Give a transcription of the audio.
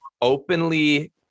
openly